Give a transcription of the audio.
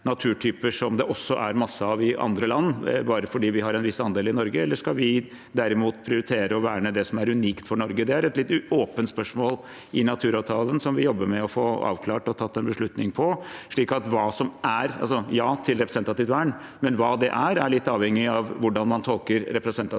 naturtyper som det også er masse av i andre land, bare fordi vi har en viss andel i Norge, eller skal vi derimot prioritere å verne det som er unikt for Norge? Det er et litt åpent spørsmål i naturavtalen som vi jobber med å få avklart og tatt en beslutning om. Det er ja til representativt vern, men hva det er, er litt avhengig av hvordan man tolker representativt når det